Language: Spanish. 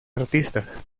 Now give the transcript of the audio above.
artistas